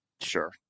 Sure